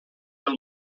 del